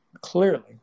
clearly